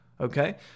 Okay